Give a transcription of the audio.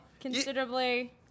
considerably